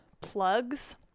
plugs